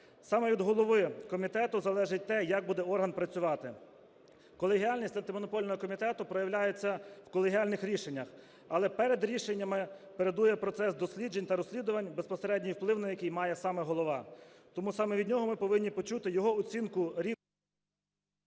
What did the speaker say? Саме від голови комітету залежить те, як буде орган працювати. Колегіальність Антимонопольного комітету проявляється в колегіальних рішеннях, але перед рішеннями передує процес досліджень та розслідувань, безпосередній вплив на який має саме голова. Тому саме від нього ми повинні почути його оцінку…